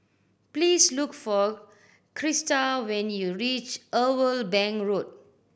please look for Christa when you reach Irwell Bank Road